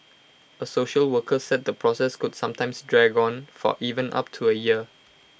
A social worker said the process could sometimes drag on for even up to A year